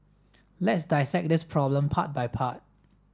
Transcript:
let's dissect this problem part by part